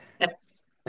Yes